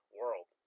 world